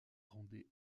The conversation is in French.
rendait